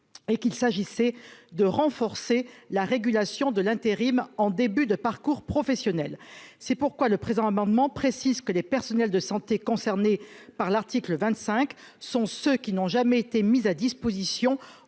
et qu'il s'agissait de renforcer la régulation de l'intérim, en début de parcours professionnel, c'est pourquoi le présent amendement précise que les personnels de santé concernées par l'article 25 sont ceux qui n'ont jamais été mise à disposition